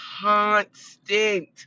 constant